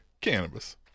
Cannabis